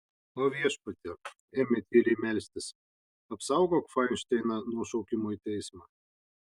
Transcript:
o viešpatie ėmė tyliai melstis apsaugok fainšteiną nuo šaukimo į teismą